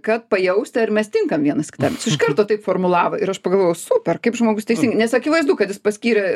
kad pajausti ar mes tinkam vienas kitam jis iš karto taip formulavo ir aš pagalvojau super kaip žmogus teisingai nes akivaizdu kad jis paskyrė